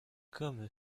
comme